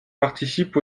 participe